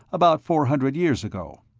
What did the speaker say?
about four hundred years ago.